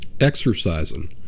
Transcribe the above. exercising